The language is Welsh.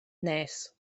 nes